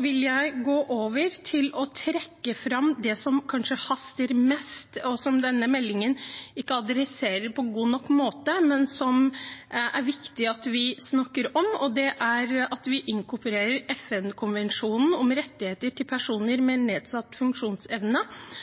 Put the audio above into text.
vil gå over til å trekke fram det som kanskje haster mest, og som denne meldingen ikke berører på en god nok måte, men som det er viktig at vi snakker om. Det er at vi inkorporerer FN-konvensjonen om rettigheter til personer